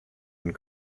and